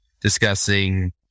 discussing